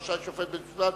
רשאי בית-משפט,